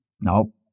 No